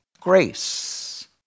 grace